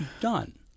Done